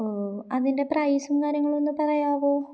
അതിൻ്റെ പ്രൈസും കാര്യങ്ങളൊന്നു പറയാമോ